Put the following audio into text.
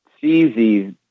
seize